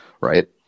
right